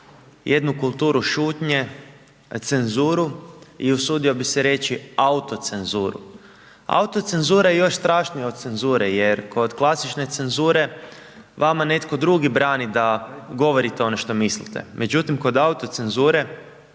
jednu kulturu šutnje, cenzuru i usudio bi se reći autocenzuru. Autocenzura je još strašnija od cenzure jer kod klasične cenzure vama netko drugi brani da govorite ono što mislite, međutim kod autocenzure